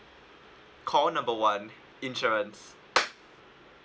call number one insurance